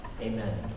Amen